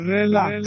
Relax